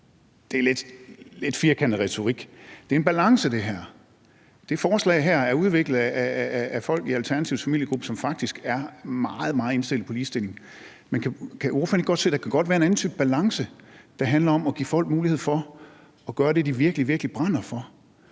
er en lidt firkantet retorik. Det her er en balance. Det her forslag er udviklet af folk i Alternativets familiegruppe, som faktisk er meget, meget indstillet på ligestilling. Men kan ordføreren ikke godt se, at der godt kan være en anden type balance, der handler om at give folk mulighed for at gøre det, de virkelig, virkelig brænder for,